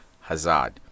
Hazard